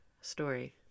story